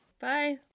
Bye